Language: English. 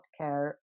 care